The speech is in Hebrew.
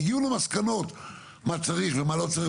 והגיעו למסקנות מה צריך ומה לא צריך.